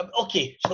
okay